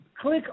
click